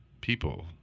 people